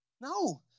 No